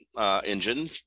engine